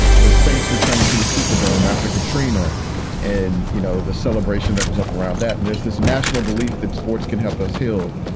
the the saints returning to the superdome after katrina and, you know, the celebration that was up around that. and there's this national belief that sports can help us heal,